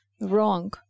wrong